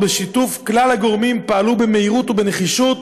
ובשיתוף כלל הגורמים הם פעלו במהירות ובנחישות